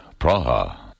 Praha